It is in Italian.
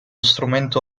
strumento